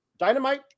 dynamite